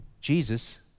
Jesus